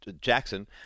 Jackson